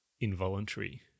involuntary